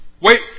wait